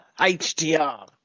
HDR